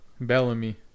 Bellamy